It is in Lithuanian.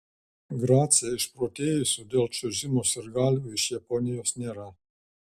grace išprotėjusių dėl čiuožimo sirgalių iš japonijos nėra